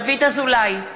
(קוראת בשמות חברי הכנסת) דוד אזולאי,